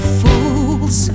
fools